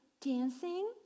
dancing